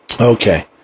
Okay